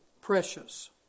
precious